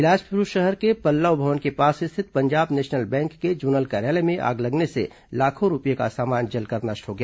बिलासपुर शहर के पल्लव भवन के पास स्थित पंजाब नेशनल बैंक के जोनल कार्यालय में आग लगने से लाखों रूपये का सामान जलकर नष्ट हो गया